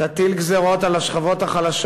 תטיל גזירות על השכבות החלשות.